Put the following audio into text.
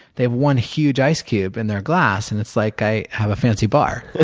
they have one huge ice cube in their glass and it's like i have a fancy bar.